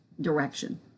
direction